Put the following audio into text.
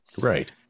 Right